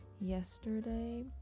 yesterday